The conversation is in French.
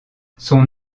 son